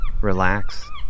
relax